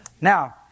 Now